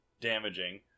Damaging